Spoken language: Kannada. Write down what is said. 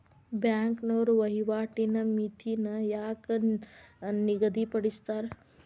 ಬ್ಯಾಂಕ್ನೋರ ವಹಿವಾಟಿನ್ ಮಿತಿನ ಯಾಕ್ ನಿಗದಿಪಡಿಸ್ತಾರ